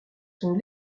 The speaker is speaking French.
sont